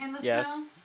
Yes